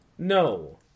No